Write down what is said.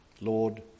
Lord